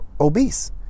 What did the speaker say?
obese